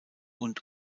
und